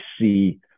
see